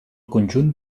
conjunt